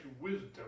wisdom